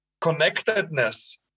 connectedness